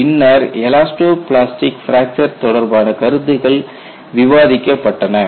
பின்னர் elasto plastic fracture தொடர்பான கருத்துக்கள் விவாதிக்கப்பட்டன